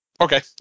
Okay